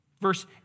Verse